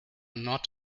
not